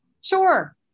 Sure